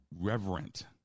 reverent